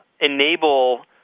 enable